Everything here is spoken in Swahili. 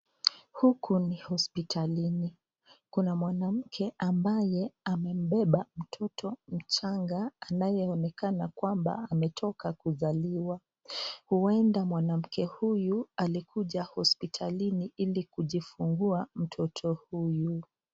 Huku ni hospitalini, kuna mwanamke ambaye amembeba mtoto mchanga anayeonekana kwamba ametoka kuzaliwa. Huenda mwanamke huyu alikuja hospitalini ili kujifungua mtoto huyu.